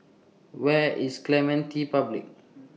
Where IS Clementi Public